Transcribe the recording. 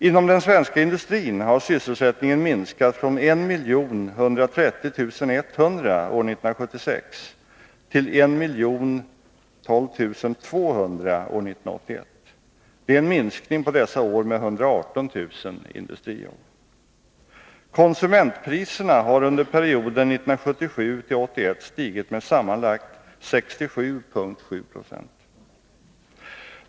Inom den svenska industrin har sysselsättningen minskat från 1 130 100 år 1976 till 1 012 200 år 1981. Det är en minskning på dessa år med 118 000 industrijobb.